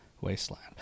wasteland